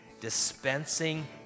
dispensing